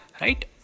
right